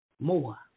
more